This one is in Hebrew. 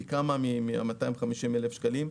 פי כמה מ-250,000 שקלים,